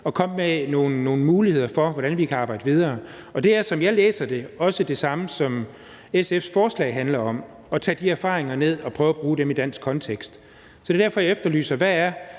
og komme med nogle idéer til, hvordan vi kan arbejde videre. Og det er, som jeg læser det, også det, SF's forslag handler om, nemlig at tage de erfaringer med og prøve at bruge dem i en dansk kontekst. Det er derfor, jeg efterlyser at høre,